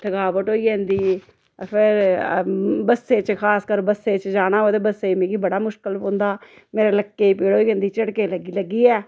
थकावट होई जंदी फिर बस्सै च खास कर बस्सै च जाना होऐ ते बस्सै च मिगी बड़ा मुश्कल पौंदा मेरे लक्कै गी पीड़ होई जंदी झटके लग्गी लग्गियै